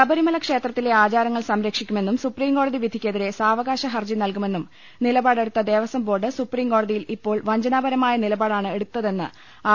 ശബരിമല ക്ഷേത്രത്തിലെ ആചാരങ്ങൾ സംരക്ഷിക്കുമെന്നും സുപ്രീംകോടതി വിധിക്കെതിരെ സാവകാശ ഹർജി നൽകുമെന്നും നില പാടെടുത്ത ദേവസ്വം ബോർഡ് സുപ്രീംകോടതിയിൽ ഇപ്പോൾ വഞ്ച നാപരമായ നിലപാടാണ് എടുത്തതെന്ന് ആർ